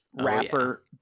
rapper